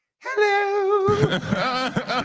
Hello